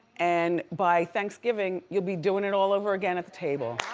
and by thanksgiving you'll be doing it all over again at the table.